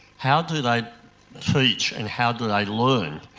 how do they teach and how do they learn?